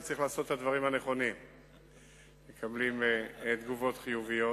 שצריך לעשות את הדברים הנכונים ואז מקבלים תגובות חיוביות.